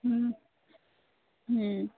হুম হুম